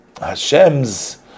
Hashem's